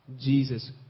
Jesus